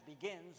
begins